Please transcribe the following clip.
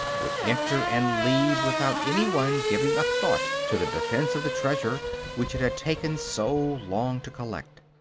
would enter and leave without any one giving a thought to the defense of the treasure which it had taken so long to collect.